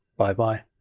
bye bye!